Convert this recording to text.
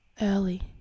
early